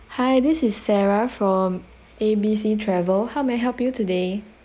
hi this is sarah from A B C travel how may I help you today